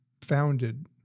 founded